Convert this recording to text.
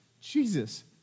Jesus